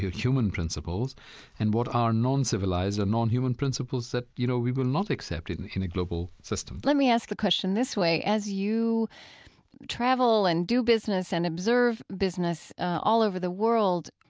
human principles and what are noncivilized or nonhuman principles that, you know, we will not accept in in a global system? let me ask a question this way. as you travel and do business and observe business all over the world,